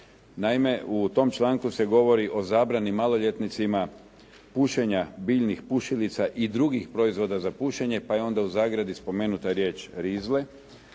Naime, u tom članku se govori o zabrani maloljetnicima pušenja biljnih pušilica i drugih proizvoda za pušenje pa je onda u zagradi spomenuta riječ rizle,